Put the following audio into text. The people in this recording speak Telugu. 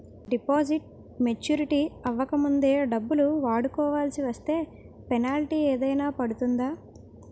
డిపాజిట్ మెచ్యూరిటీ అవ్వక ముందే డబ్బులు వాడుకొవాల్సి వస్తే పెనాల్టీ ఏదైనా పడుతుందా?